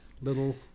little